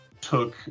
took